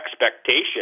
expectation